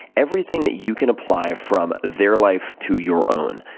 everything that you can apply from their life to your own,